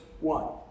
one